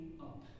up